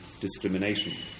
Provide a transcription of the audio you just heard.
discrimination